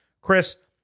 Chris